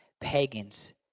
pagans